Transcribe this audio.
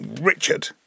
Richard